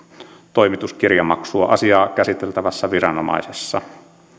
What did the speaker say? toimituskirjamaksua asiaa käsittelevässä viranomaisessa